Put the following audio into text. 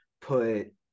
put